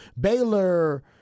Baylor